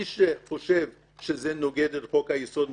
מי שחושב שזה נוגד את חוק היסוד,